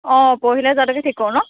অঁ পৰহিলৈ যোৱাটোকে ঠিক কৰো ন